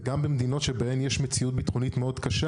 וגם במדינות שבהם יש מציאות ביטחונית קשה מאוד,